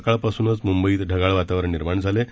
सकाळपासूनच मुंबईत ढगाळ वातावरण निर्माण झालंय